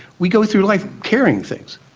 we go through life carrying things.